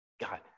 God